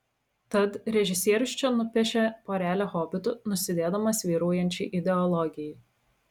tad režisierius čia nupiešia porelę hobitų nusidėdamas vyraujančiai ideologijai